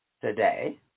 today